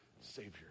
Savior